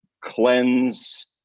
cleanse